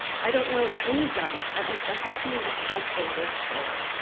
i don't know of any job, at least a healthy, respectful workplace,